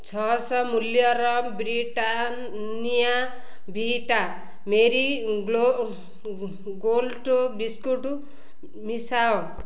ଛଅଶହ ମୂଲ୍ୟର Britannia Vita Marie Gold biscuit ମିଶାଅ